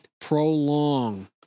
prolong